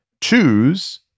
choose